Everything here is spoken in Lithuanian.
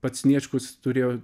pats sniečkus turėjo